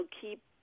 keep